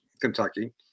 Kentucky